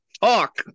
Talk